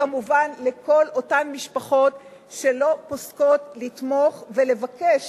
וכמובן לכל אותן משפחות שלא פוסקות לתמוך ולבקש